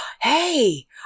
Hey